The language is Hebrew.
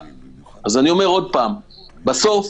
בסוף,